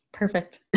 Perfect